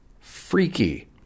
Freaky